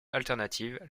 alternative